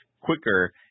quicker